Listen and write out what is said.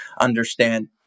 understand